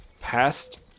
past